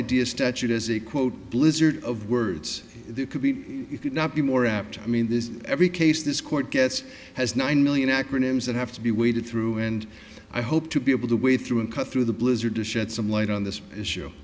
idea statute as a quote blizzard of words there could be you could not be more apt i mean this every case this court gets has nine million acronyms that have to be waded through and i hope to be able to wade through and cut through the blizzard to shed some light on this issue